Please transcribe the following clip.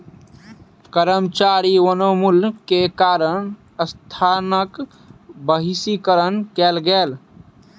कर्मचारी वनोन्मूलन के कारण संस्थानक बहिष्कार कयलक